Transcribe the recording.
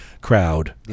crowd